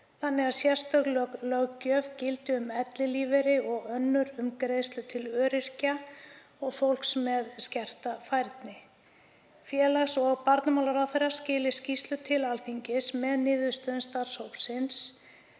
þannig að sérstök löggjöf gildi um ellilífeyri og önnur um greiðslur til öryrkja og fólks með skerta færni. Félags- og barnamálaráðherra skili skýrslu til Alþingis með niðurstöðum starfshópsins